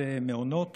מעונות